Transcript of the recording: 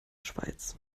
schweiz